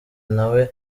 nawe